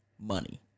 money